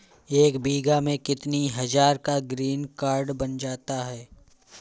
एक बीघा में कितनी हज़ार का ग्रीनकार्ड बन जाता है?